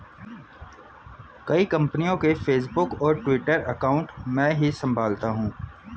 कई कंपनियों के फेसबुक और ट्विटर अकाउंट मैं ही संभालता हूं